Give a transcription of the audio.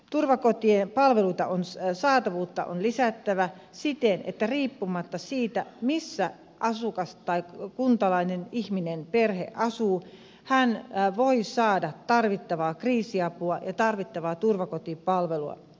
turvakotien palveluiden saatavuutta on lisättävä siten että riippumatta siitä missä asukas tai kuntalainen ihminen perhe asuu hän voi saada tarvittavaa kriisiapua ja tarvittavaa turvakotipalvelua